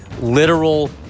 literal